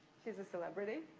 she's a celebrity.